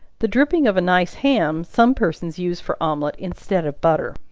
the dripping of a nice ham, some persons use for omelet instead of butter.